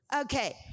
Okay